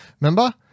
Remember